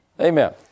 Amen